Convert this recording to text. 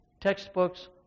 textbooks